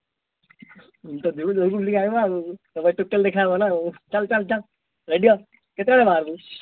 ଯିବୁ ତ ଯାଇକି ବୁଲିକି ଆସିବା ଆଉ ତୋ ପାଇଁ ଟୁକେଲ୍ ଦେଖିଲେ ହେବ ନା ଆଉ ଚାଲ ଚାଲ ରେଡ଼ି ହଅ କେତେଟାରେ ବାହାରିବୁ